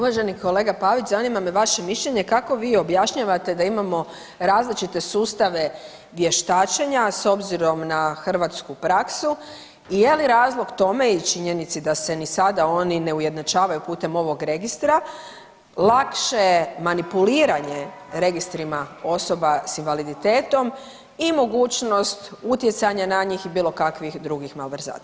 Uvaženi kolega Pavić, zanima me vaše mišljenje kako vi objašnjavate da imamo različite sustave vještačenja s obzirom na hrvatsku praksu i je li razlog tome i činjenici da se ni sada oni ne ujednačavaju putem ovog registra lakše manipuliranje registrima osoba sa invaliditetom i mogućnost utjecanja na njih i bilo kakvih drugih malverzacija.